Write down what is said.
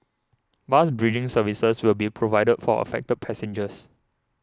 bus bridging services will be provided for affected passengers